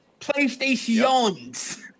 Playstations